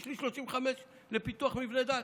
יש לי 35 לפיתוח מבני דת.